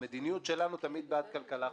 במדיניות שלנו אנחנו תמיד בעד כלכלה חופשית.